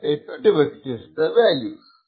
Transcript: അതായതു രഹസ്യ കീക്കായുള്ള എട്ടു വ്യത്യസ്ത വാല്യൂസ്